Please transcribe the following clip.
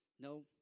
No